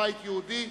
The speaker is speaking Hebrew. הבית היהודי,